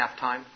halftime